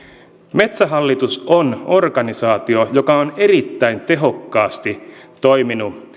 metsähallitus on organisaatio joka on erittäin tehokkaasti toiminut